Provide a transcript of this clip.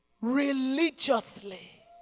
Religiously